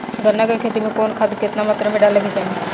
गन्ना के खेती में कवन खाद केतना मात्रा में डाले के चाही?